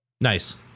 Nice